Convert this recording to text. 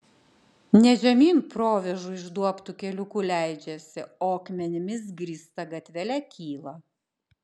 ne žemyn provėžų išduobtu keliuku leidžiasi o akmenimis grįsta gatvele kyla